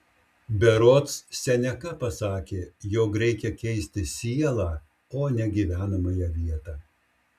berods seneka pasakė jog reikia keisti sielą o ne gyvenamąją vietą